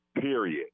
period